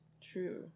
True